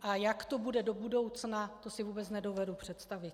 A jak to bude do budoucna, to si vůbec nedovedu představit.